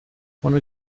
ohne